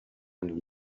and